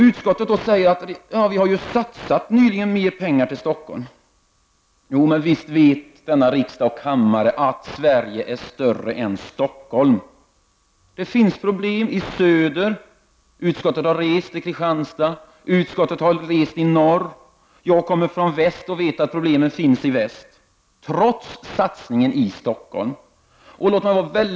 Utskottet säger att riksdagen nyligen har satsat mer pengar till skatteförvaltningen i Stockholm. Men visst vet riksdagen att Sverige är större än Stockholm. Det finns problem såväl i söder som i norr. Utskottets ledamöter har varit i Kristianstad och i norra Sverige och tagit del av problemen där. Själv kommer jag från väst och vet att problemen finns även där, trots satsningen i Stockholm.